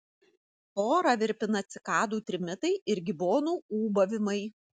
orą virpina cikadų trimitai ir gibonų ūbavimai